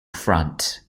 front